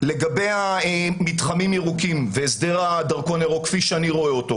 לגבי מתחמים ירוקים והסדר הדרכון הירוק כפי שאני רואה אותו.